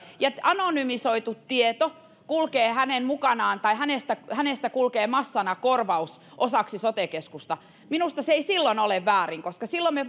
ja anonymisoitu tieto kulkee hänen mukanaan tai hänestä hänestä kulkee massana korvaus osaksi sote keskusta minusta se ei silloin ole väärin koska silloin me